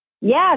Yes